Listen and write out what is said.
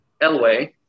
elway